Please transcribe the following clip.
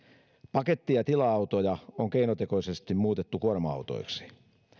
paketti ja tila autoja on keinotekoisesti muutettu kuorma autoiksi